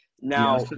Now